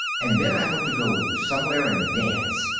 and then i want to go somewhere and dance!